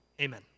Amen